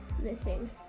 missing